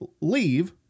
leave